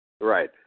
Right